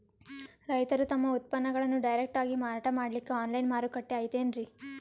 ರೈತರು ತಮ್ಮ ಉತ್ಪನ್ನಗಳನ್ನು ಡೈರೆಕ್ಟ್ ಆಗಿ ಮಾರಾಟ ಮಾಡಲಿಕ್ಕ ಆನ್ಲೈನ್ ಮಾರುಕಟ್ಟೆ ಐತೇನ್ರೀ?